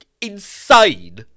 insane